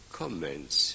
comments